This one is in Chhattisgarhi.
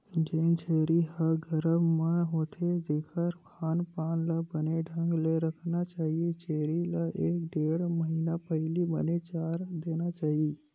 जेन छेरी ह गरभ म होथे तेखर खान पान ल बने ढंग ले रखना चाही छेरी ल एक ढ़ेड़ महिना पहिली बने चारा देना चाही